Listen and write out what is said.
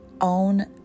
own